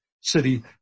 city